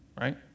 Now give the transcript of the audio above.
right